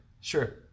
Sure